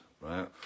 right